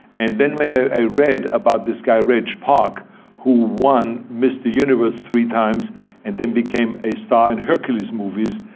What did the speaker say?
and then when ah i read about this guy reg park who won mr. universe three times and then became a star in hercules movies,